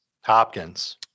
Hopkins